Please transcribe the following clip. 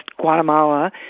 Guatemala